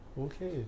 Okay